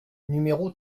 numéro